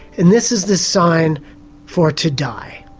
and this is the sign for to die.